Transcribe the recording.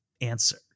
answer